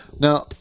Now